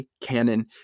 canon